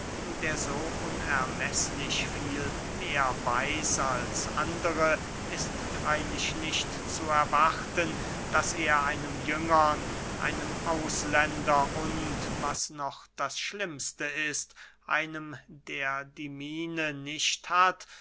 der so unermeßlich viel mehr weiß als andere ist freylich nicht zu erwarten daß er einem jüngern einem ausländer und was noch das schlimmste ist einem der die miene nicht hat